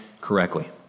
correctly